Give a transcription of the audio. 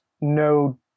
no